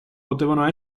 potevano